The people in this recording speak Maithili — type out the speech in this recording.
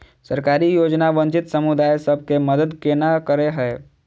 सरकारी योजना वंचित समुदाय सब केँ मदद केना करे है?